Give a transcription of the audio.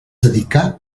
dedicà